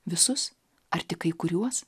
visus ar tik kai kuriuos